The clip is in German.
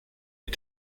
der